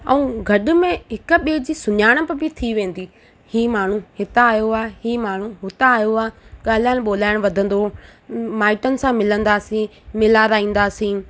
ऐं गॾ में हिक ॿिए जी सुञाणप बि थी वेंदी ई माण्हू हितां आहियो आहे ई माण्हू हुतां आयो आहे ॻाल्हाइण ॿोलाइण वधंदो माइटनि सां मिलंदासीं मिलाराईंदासीं